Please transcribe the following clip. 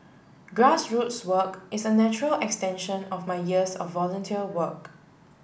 grassroots work is a natural extension of my years of volunteer work